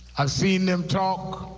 i've seen them talk.